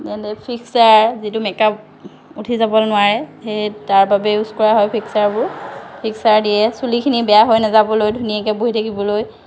যেনে ফিক্সাৰ যিটো মেকআপ উঠি যাব নোৱাৰে সেই তাৰ বাবেও ইউজ কৰা হয় ফিক্সাৰবোৰ ফিক্সাৰ দিয়ে চুলিখিনি বেয়া হৈ নাযাবলৈ ধুনীয়াকৈ বহি থাকিবলৈ